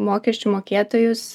mokesčių mokėtojus